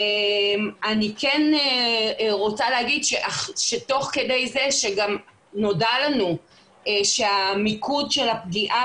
אני כן רוצה להגיד שתוך כדי זה שגם נודע לנו שהמיקוד של הפגיעה